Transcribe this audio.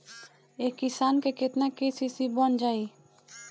एक किसान के केतना के.सी.सी बन जाइ?